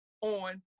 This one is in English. on